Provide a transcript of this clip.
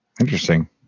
Interesting